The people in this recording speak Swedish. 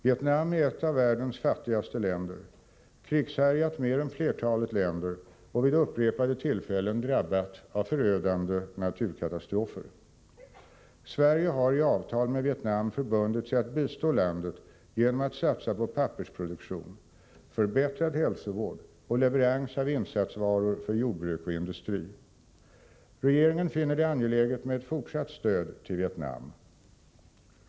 Vietnam är ett av världens fattigaste länder, krigshärjat mer än flertalet länder och vid upprepade tillfällen drabbat av förödande naturkatastrofer. Sverige har i avtal med Vietnam förbundit sig att bistå landet genom att satsa på pappersproduktion, förbättrad hälsovård och leverans av insatsvaror för jordbruk och industri. Regeringen finner det angeläget med ett fortsatt stöd till Vietnam.